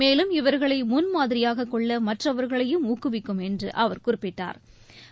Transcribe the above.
மேலும் இவர்களை முன்மாதிரியாகக் கொள்ள மற்றவர்களையும் ஊக்குவிக்கும் என்று அவர் குறிப்பிட்டாா்